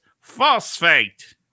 phosphate